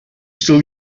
still